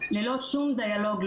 ללא שום דיאלוג,